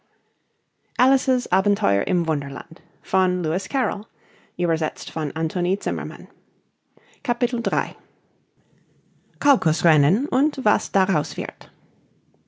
caucus rennen und was daraus wird